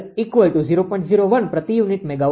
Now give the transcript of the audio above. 01 પ્રતિ unit megawatt છે